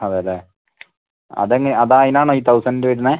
അതെ അല്ലെ അത് അങ്ങ് അത് അതിനാണോ തൗസൻ്റ് വരുന്നത്